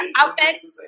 outfits